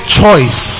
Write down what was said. choice